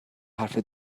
حرف